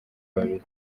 babiri